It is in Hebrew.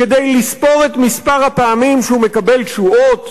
כדי לספור את מספר הפעמים שהוא מקבל תשואות?